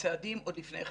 מהצעדים עוד לפני כן,